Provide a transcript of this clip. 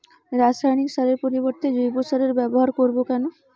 রাসায়নিক সারের পরিবর্তে জৈব সারের ব্যবহার করব কেন?